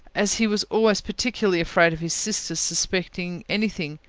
as he was always particularly afraid of his sister's suspecting any thing,